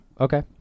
Okay